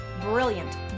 brilliant